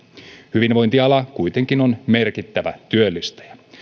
hyvinvointiala kuitenkin on merkittävä työllistäjä